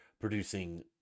producing